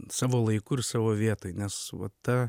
savo laiku ir savo vietoj nes va ta